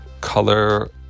color